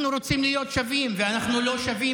אנחנו רוצים להיות שווים ואנחנו לא שווים